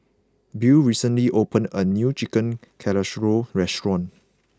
Beau recently opened a new Chicken Casserole restaurant